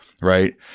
Right